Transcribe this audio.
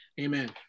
Amen